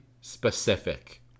specific